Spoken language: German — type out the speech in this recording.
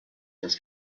das